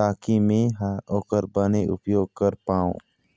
ताकि मे हा ओकर बने उपयोग कर पाओ?